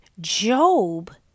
Job